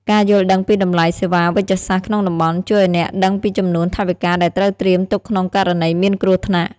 ការយល់ដឹងពីតម្លៃសេវាវេជ្ជសាស្ត្រក្នុងតំបន់ ជួយឱ្យអ្នកដឹងពីចំនួនថវិកាដែលត្រូវត្រៀមទុកក្នុងករណីមានគ្រោះថ្នាក់។